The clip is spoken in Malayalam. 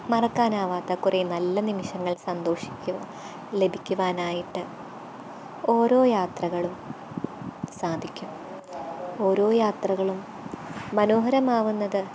മറക്കാനാകാത്ത കുറെ നല്ല നിമിഷങ്ങൾ സന്തോഷിക്കും ലഭിക്കുവാനായിട്ട് ഓരോ യാത്രകളും സാധിക്കും ഓരോ യാത്രകളും മനോഹരമാകുന്നത്